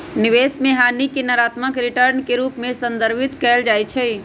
निवेश में हानि के नकारात्मक रिटर्न के रूप में संदर्भित कएल जाइ छइ